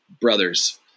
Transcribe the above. brothers